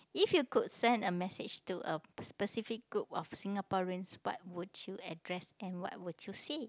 if you could send a message to a specific group of Singaporeans what would you address and what would you see